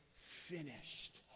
finished